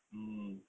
mm